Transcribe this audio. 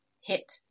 hit